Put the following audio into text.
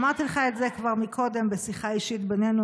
אמרתי לך את זה כבר קודם בשיחה אישית בינינו,